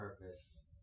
purpose